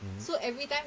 mmhmm